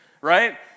right